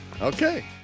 Okay